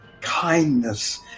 kindness